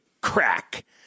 crack